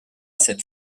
cette